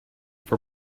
for